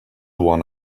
one